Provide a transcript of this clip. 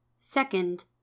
Second